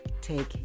take